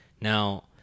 Now